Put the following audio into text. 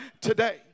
today